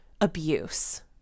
abuse